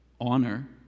Honor